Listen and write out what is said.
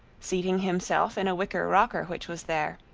seating himself in a wicker rocker which was there,